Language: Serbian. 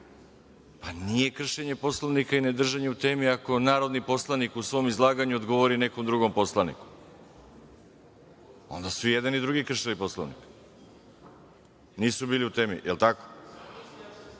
Nije kršenje Poslovnika i nije držanje u temi ako narodni poslanik u svom izlaganju odgovori nekom drugom poslaniku, onda su i jedan i drugi kršili Poslovnik. Nisu bili u temi, jel tako? Što